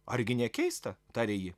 argi ne keista tarė ji